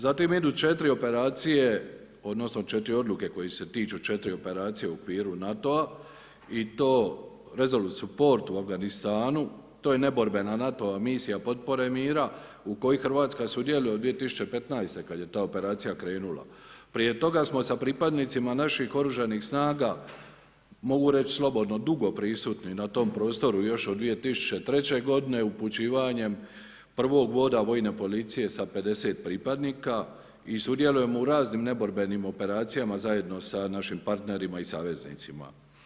Zatim idu 4 operacije, odnosno 4 odluke koje se tiču 4 operacije u okviru NATO-a i to Resolute support u Afganistanu to je neborbena NATO-va misija potpore mira u kojoj Hrvatska sudjeluje od 2015. kad je ta operacija krenula, prije toga smo sa pripadnicima naših oružanih snaga, mogu reći slobodno dugo prisutni na tom prostoru još od 2003. godine upućivanje prvog voda vojne policije sa 50 pripadnika i sudjelujemo u raznim neborbenim operacijama zajedno sa našim partnerima i saveznicima.